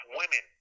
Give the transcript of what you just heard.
women